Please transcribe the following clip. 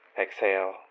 Exhale